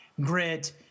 grit